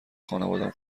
خانوادم